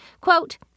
Quote